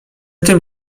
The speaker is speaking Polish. tym